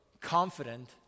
confident